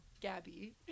Gabby